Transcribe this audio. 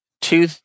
two